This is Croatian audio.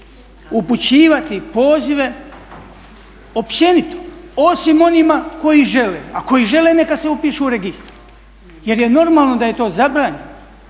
upućivati pozive općenito osim onima koji žele, a koji žele neka se upišu u registar jer je normalno da je to zabranjeno.